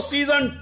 Season